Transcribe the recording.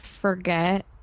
forget